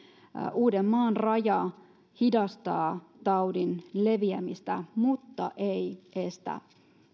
uudenmaan raja hidastaa taudin leviämistä mutta ei estä